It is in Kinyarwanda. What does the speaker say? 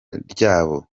ryabo